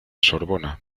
sorbona